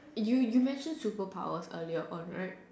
you you mention super powers earlier on right